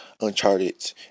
uncharted